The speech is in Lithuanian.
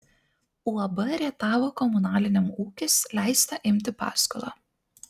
uab rietavo komunaliniam ūkis leista imti paskolą